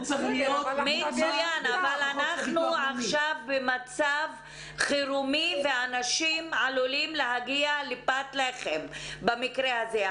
אבל אנחנו עכשיו במצב חרום אנשים עלולים להגיע לפת לחם במקרה הזה.